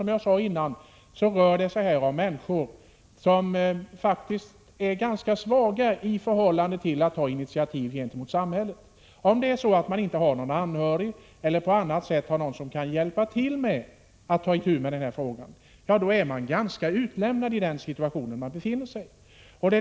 Som jag sade tidigare, rör det sig här om människor som faktiskt är ganska svaga när det gäller att ta initiativ gentemot samhället. Om man inte har någon anhörig eller någon annan som kan hjälpa till att ta itu med denna fråga, är man ganska utlämnad i den situation man befinner sig i.